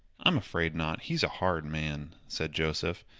i'm afraid not he's a hard man, said joseph,